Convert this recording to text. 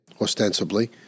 ostensibly